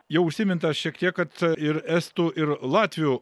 jau užsiminta šiek tiek kad ir estų ir latvių